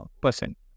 percent